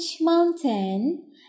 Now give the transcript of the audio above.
mountain